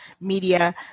media